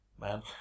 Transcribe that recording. man